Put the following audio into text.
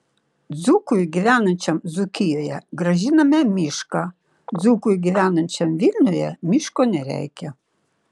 dzūkui gyvenančiam dzūkijoje grąžiname mišką dzūkui gyvenančiam vilniuje miško nereikia